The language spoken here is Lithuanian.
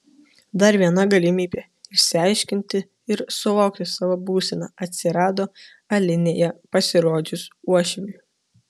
dar viena galimybė išsiaiškinti ir suvokti savo būseną atsirado alinėje pasirodžius uošviui